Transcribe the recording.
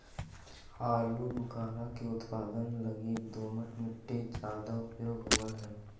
आलूबुखारा के उत्पादन लगी दोमट मट्टी ज्यादा उपयोग होवऽ हई